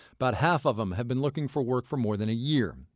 about half of them have been looking for work for more than a year.